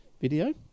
video